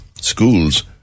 school's